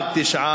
ההצעה